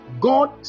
god